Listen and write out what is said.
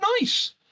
nice